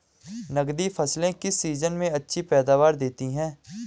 नकदी फसलें किस सीजन में अच्छी पैदावार देतीं हैं?